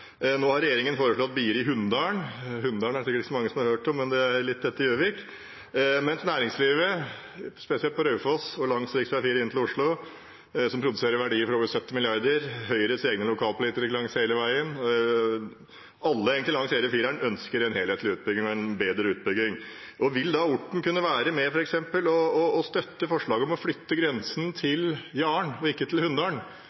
Nå har regjeringen foreslått Biri–Hunndalen. Hunndalen er det sikkert ikke så mange som har hørt om, men det er litt etter Gjøvik. Mens næringslivet, spesielt på Raufoss og langs rv. 4 inn til Oslo, som produserer verdier for over 70 mrd. kr, og Høyres egne lokalpolitikere langs hele veien – egentlig alle langs hele rv. 4 – ønsker en helhetlig utbygging og en bedre utbygging. Vil Orten kunne være med f.eks. å støtte forslaget om å flytte grensen